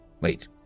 Wait